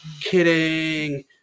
Kidding